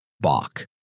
Bach